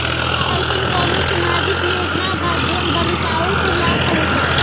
का अइसन कोनो सामाजिक योजना बा जोन बालिकाओं को लाभ पहुँचाए?